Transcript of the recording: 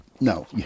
no